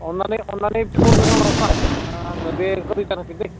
अननानै अननानै बेखौ नोङो माबा खालाम आंनो बेखौ रिटार्न होफिनदे